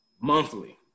Monthly